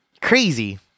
Crazy